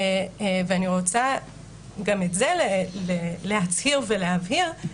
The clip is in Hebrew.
ואני רוצה גם את זה להצהיר ולהבהיר,